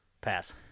Pass